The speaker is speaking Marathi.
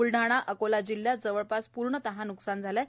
ब्लडाणा अकोला जिल्ह्यात जवळपास पूर्णत न्कसान झाले आहे